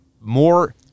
more